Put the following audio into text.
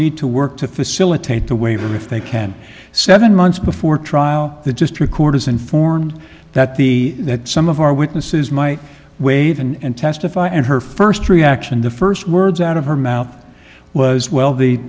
need to work to facilitate the waiver if they can seven months before trial the just record is informed that the that some of our witnesses might waive and testify and her first reaction the first words out of her mouth was well the